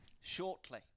shortly